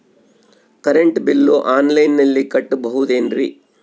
Current bill ಆನ್ಲೈನಿನಲ್ಲಿ ಕಟ್ಟಬಹುದು ಏನ್ರಿ?